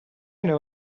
know